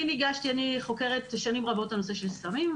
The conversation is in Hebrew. שנים רבות אני חוקרת את הנושא של סמים,